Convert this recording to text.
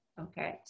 Okay